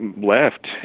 left